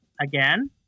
Again